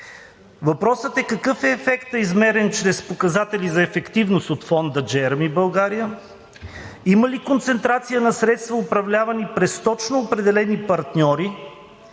Въпросът е: какъв е ефектът, измерен чрез показатели за ефективност от Фонда „Джереми България“? Има ли концентрация на средства, управлявани през точно определени партньори?